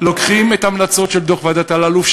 לוקחים את ההמלצות של דוח ועדת אלאלוף,